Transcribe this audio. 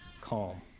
calm